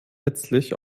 letztlich